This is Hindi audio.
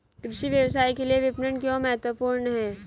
कृषि व्यवसाय के लिए विपणन क्यों महत्वपूर्ण है?